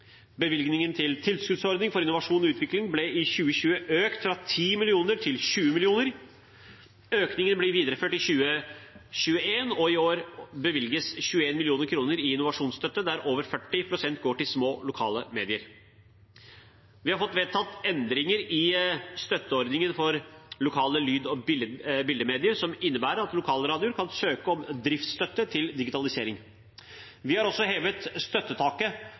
Bevilgningen til tilskuddsordning for innovasjon og utvikling ble i 2020 økt fra 10 mill. kr til 20 mill. kr. Økningen blir videreført i 2021, og i år bevilges 21 mill. kr i innovasjonsstøtte, der over 40 pst. går til små, lokale medier. Vi fått vedtatt endringer i støtteordningen for lokale lyd- og bildemedier som innebærer at lokalradioer kan søke om driftsstøtte til digitalisering. Vi har også hevet støttetaket